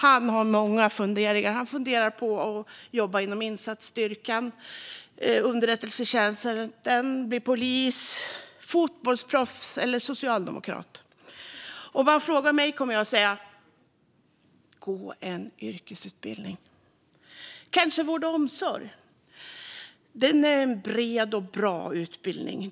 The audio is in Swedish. Han har många funderingar. Han funderar på att jobba inom insatsstyrkan eller underrättelsetjänsten eller att bli polis, fotbollsproffs eller socialdemokrat. Om han frågar mig kommer jag att säga: Gå en yrkesutbildning - kanske vård och omsorg. Det är en bred och bra utbildning.